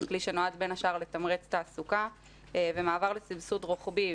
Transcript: זה כלי שנועד בין השאר לתמרץ תעסוקה ומעבר לסבסוד רוחבי